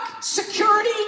Security